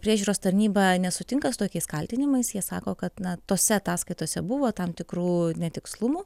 priežiūros tarnyba nesutinka su tokiais kaltinimais jie sako kad na tose ataskaitose buvo tam tikrų netikslumų